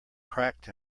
cracked